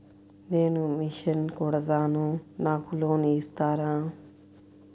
నేను మిషన్ కుడతాను నాకు లోన్ ఇస్తారా?